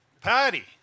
Patty